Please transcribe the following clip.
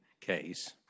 case